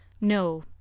No